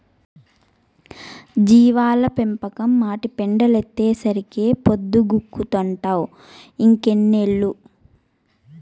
జీవాల పెంపకం, ఆటి పెండలైతేసరికే పొద్దుగూకతంటావ్ ఇంకెన్నేళ్ళు